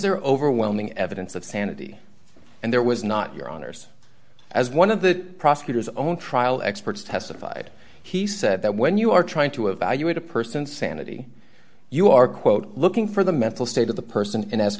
there overwhelming evidence of sanity and there was not your honour's as one of the prosecutors own trial experts testified he said that when you are trying to evaluate a person sanity you are quote looking for the mental state of the person